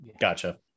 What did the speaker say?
gotcha